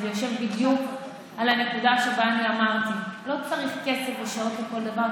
וזה יושב בדיוק על הנקודה שאני אמרתי: לא צריך כסף ושעות לכל דבר,